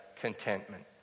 contentment